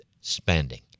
spending